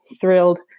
thrilled